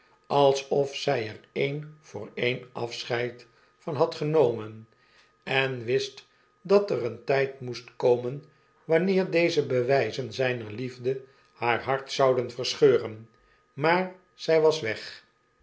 alsof zjj er een voor een afscheid van had genomen en wist dat er een tyd moest komen wanneer deze bewyzen zjjner liefde haar hart zouden verscheuren maar zjj was weg